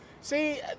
See